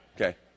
Okay